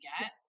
get